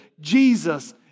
Jesus